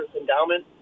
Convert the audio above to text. endowment